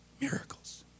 Miracles